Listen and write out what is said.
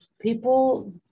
people